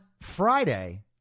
Friday